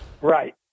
Right